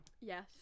Yes